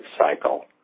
cycle